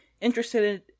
interested